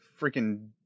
freaking